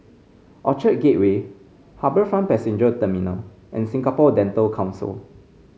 Orchard Gateway HarbourFront Passenger Terminal and Singapore Dental Council